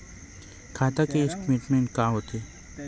खाता के स्टेटमेंट का होथे?